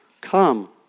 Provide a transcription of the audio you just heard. come